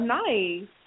nice